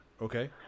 Okay